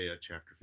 chapter